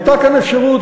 הייתה כאן אפשרות,